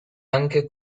anche